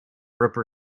ripper